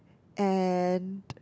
and